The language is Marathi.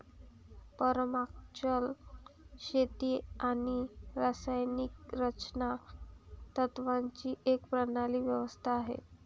परमाकल्चर शेती आणि सामाजिक रचना तत्त्वांची एक प्रणाली व्यवस्था आहे